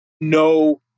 no